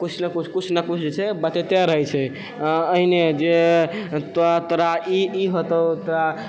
किछु ने किछु किछु ने किछु बतबैतो रहै छै आओर एहिने जे तोरा ई ई हेतौ तोरा